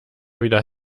wieder